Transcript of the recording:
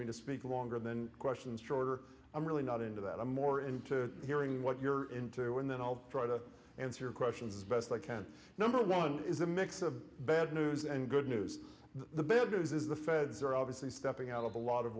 me to speak longer than questions shorter i'm really not into that i'm more into hearing what you're into and then i'll try to answer your questions as best i can number one is a mix of bad news and good news the bad news is the feds are obviously stepping out of a lot of